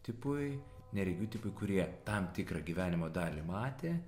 tipui neregių tipui kurie tam tikrą gyvenimo dalį matė